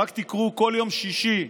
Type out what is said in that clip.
רק תקראו כל יום שישי במעריב.